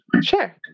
Sure